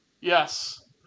Yes